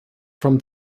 from